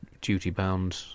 duty-bound